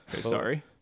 Sorry